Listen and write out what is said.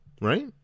Right